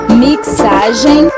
mixagem